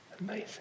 Amazing